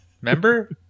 Remember